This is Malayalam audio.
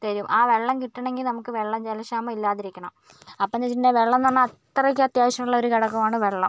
തരും ആ വെള്ളം കിട്ടണമെങ്കിൽ നമുക്ക് വെള്ളം ജലക്ഷാമം ഇല്ലാതിരിക്കണം അപ്പം എന്ന് വെച്ചിട്ടുണ്ടെങ്കിൽ വെള്ളം അത്രക്ക് അത്യാവശ്യമുള്ള ഒരു ഘടകമാണ് വെള്ളം